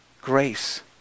grace